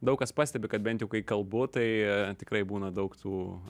daug kas pastebi kad bent jau kai kalbu tai tikrai būna daug tų